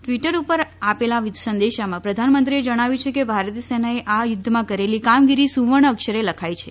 Twitter ઉપર આપેલા સંદેશામાં પ્રધાનમંત્રીએ જણાવ્યું છે કે ભારતીય સેનાએ આ યુદ્ધમાં કરેલી કામગીરી સુવર્ણ અક્ષરે લખાઈ છે